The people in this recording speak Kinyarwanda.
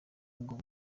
ubu